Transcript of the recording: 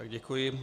Děkuji.